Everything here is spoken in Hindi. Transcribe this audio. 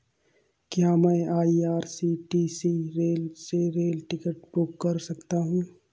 क्या मैं आई.आर.सी.टी.सी से रेल टिकट बुक कर सकता हूँ?